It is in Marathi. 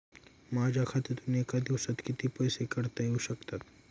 माझ्या खात्यातून एका दिवसात किती पैसे काढता येऊ शकतात?